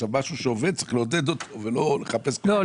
משהו שעובד צריך לעודד אותו ולא לחפש --- לא,